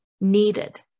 needed